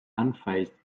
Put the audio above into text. unfazed